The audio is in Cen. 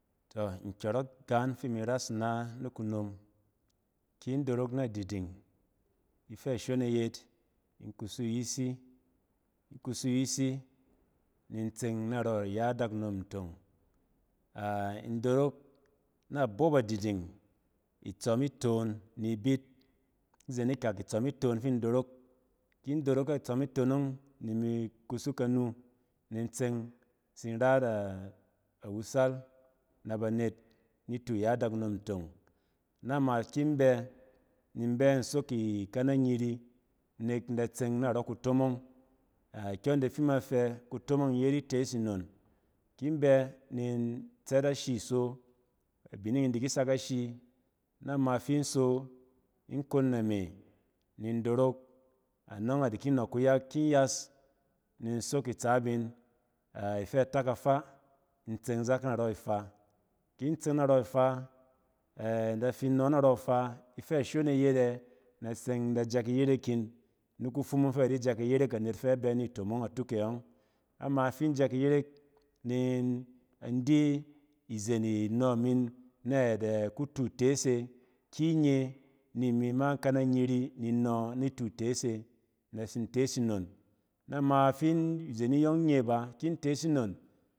Tↄ nkyↄrↄk gaan fi imi ras ina nikunom. Kin dorok nadiding, ifɛ shon e yet in kusu ayisi, in kusu yisi ni in tseng narↄ iya adakuom ntong. In dorok na bop adiding itsↄm itoon ni ibit, izen ikak, itsↄm itom fin dorok. Kin dorok ni itsↄm itton nↄng ni imi kusu kanu ni in tseng in tsin rat a-awusal na anet nitu ya adakunom ntong. Wa ma kin bɛ, ni in be in sok ikana nyiri nek in da tseng narↄ kutomong. A-kyↄn fi ima fɛ kutomong in yet itees nnon. Ki in bɛ nin tsɛt ashi so, abining in da ki sak ashi, na ma fin so in kon name nin dorok. Anↄng ada ki nↄk kuyak, kin yas ni in sok itsaap in ifɛ a ifɛ atak afaa i tsong zak narↄ ifaa. Kin tse narↄ ifa ɛ-in da fin nↄ narↄ ifas ifɛ shon e yet ɛ, in da tseng in da jɛk iyerek in ni kufumung ↄng fɛ ba di jɛk iyeek anet fɛ a bɛ ni tomong atuk e ↄng. Ama fi in jɛk iyerek, ni in di izen inↄ min nayɛt kutu itees e ki in nye, ni mi ma kana nyiri ni nↄↄ nitu tees e na tsin tees nnon. Nama fin-izen iyↄng nye ba kin tees nnon.